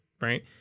right